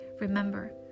remember